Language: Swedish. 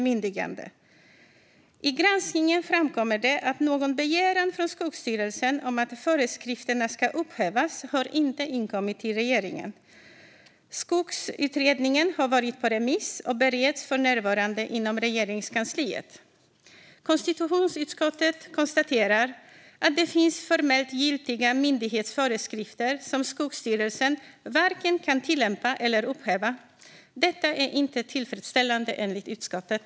Gransknings-betänkande våren 2021Vissa frågor om regeringens ansvar för förvaltningen I granskningen framkommer det att någon begäran från Skogsstyrelsen om att föreskrifterna ska upphävas inte har inkommit till regeringen. Skogsutredningen har varit på remiss och bereds för närvarande inom Regeringskansliet. Konstitutionsutskottet konstaterar att det finns formellt giltiga myndighetsföreskrifter som Skogsstyrelsen varken kan tillämpa eller upphäva. Detta är inte tillfredsställande enligt utskottet.